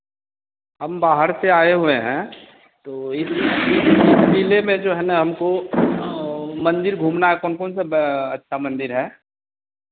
हम बाहर से आए हुए हैं तो तो इस जिले में जो है ना हमको मंदिर घूमना है कौन कौन सा अच्छा मंदिर है